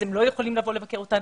אז הם לא יכולים לבוא לבקר אותן.